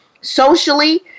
Socially